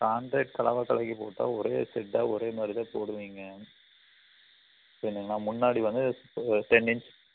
concrete கலவை கலக்கிப் போட்டால் ஒரே செட்டாக ஒரே மாதிரிதான் போடுவீங்க புரியுதுங்களா முன்னாடி வந்து டென் இன்ச்